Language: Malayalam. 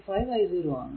5 i 0 ആണ്